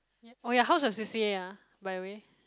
ya oh ya how's your C_C_A ah by the way